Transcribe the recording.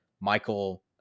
Michael